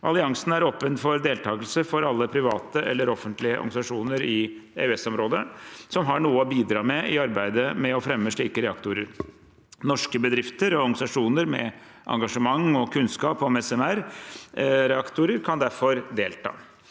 Alliansen er åpen for deltakelse for alle private eller offentlige organisasjoner i EØS-området som har noe å bidra med i arbeidet med å fremme slike reaktorer. Norske bedrifter og organisasjoner med engasjement og kunnskap om SMR-reaktorer kan derfor delta.